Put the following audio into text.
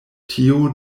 tio